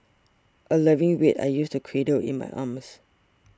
a loving weight I used to cradle in my arms